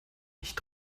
nicht